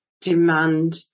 demand